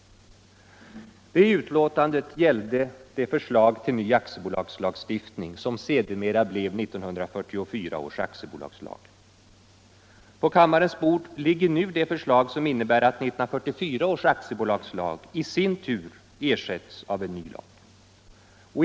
Utlåtandet gällde det förslag till ny aktiebolagslagstiftning som sedermera blev 1944 års aktiebolagslag. På kammarens bord ligger nu det förslag som innebär att 1944 års aktiebolagslag i sin tur ersätts av en ny lag.